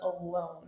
alone